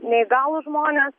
neįgalūs žmonės